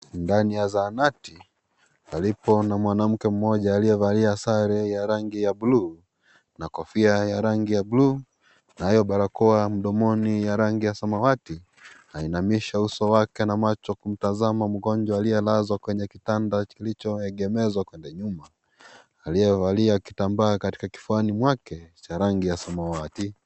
Ndani ya zahanati, palipo na mwanamke mmoja aliyevalia sare ya rangi ya bluu na kofia ya rangi ya bluu na hiyo barakoa mdomoni ya rangi ya samawati, anainamisha uso wake na macho kumtazama mgonjwa aliyelazwa kwenye kitanda kilicho egemezwa kwenda nyuma, aliyevalia kitambaa katika kifuani mwake, cha rangi ya samawati.